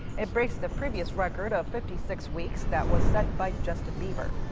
it breaks the previous record of fifty six weeks that was set by justin bieber.